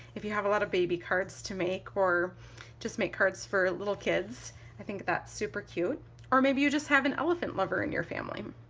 if you have a lot of baby cards to make or just make cards for little kids i think that's super cute or maybe you just have an elephant lover in your family!